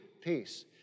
peace